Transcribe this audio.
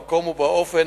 במקום ובאופן